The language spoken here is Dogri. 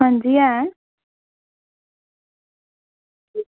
अंजी ऐं